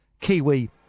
Kiwi